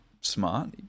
smart